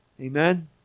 Amen